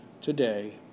today